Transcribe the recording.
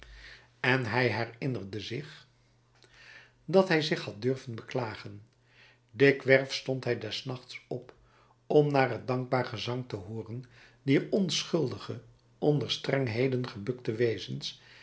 en hij herinnerde zich dat hij zich had durven beklagen dikwerf stond hij des nachts op om naar het dankbaar gezang te hooren dier onschuldige onder strengheden gebukte wezens